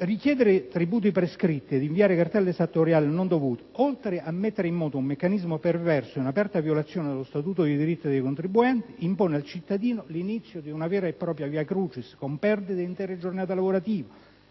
Richiedere tributi prescritti e inviare cartelle esattoriali non dovute, oltre a mettere in moto un meccanismo perverso, in aperta violazione dello Statuto dei diritti dei contribuenti, impone al cittadino l'inizio di una vera e propria *via crucis,* con perdite di intere giornate lavorative